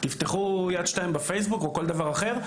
תפתחו "יד 2" בפייסבוק או כל דבר אחר,